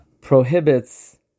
prohibits